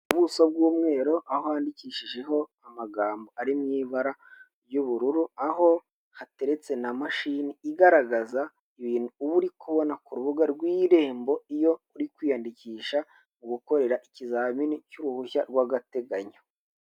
ubuso bw'umweru aho handikishijeho amagambo ari mu ibara ry'ubururu, aho hateretse na mashini igaragaza ibintu uba uri kubona ku rubuga rw'irembo, iyo uri kwiyandikisha mugu gukora ikizamini cy'uruhushya rw'agateganyo.